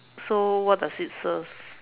so what does it serve